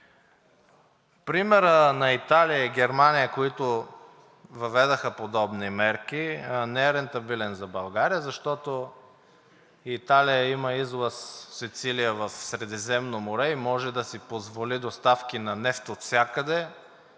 Примерът на Италия и Германия, които въведоха подобни мерки, не е рентабилен за България, защото Италия има излаз – Сицилия – в Средиземно море и може да си позволи доставки на нефт отвсякъде.